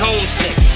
Homesick